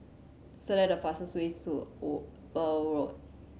select the fastest ways to Eber Road